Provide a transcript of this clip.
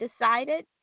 decided